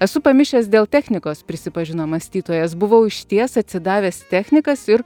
esu pamišęs dėl technikos prisipažino mąstytojas buvau išties atsidavęs technikas ir